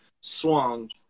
swung